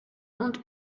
und